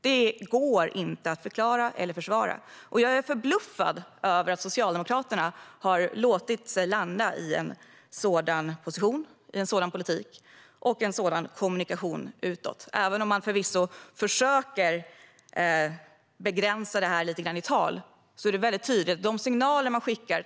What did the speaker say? Det går inte att förklara eller försvara. Jag är förbluffad över att Socialdemokraterna har låtit sig landa i en sådan position, i en sådan politik och i en sådan kommunikation utåt. Även om de förvisso försöker begränsa detta lite grann i tal är de signaler som de skickar mycket tydliga.